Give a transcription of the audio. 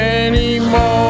anymore